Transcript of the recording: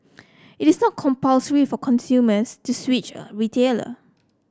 it is not compulsory for consumers to switch a retailer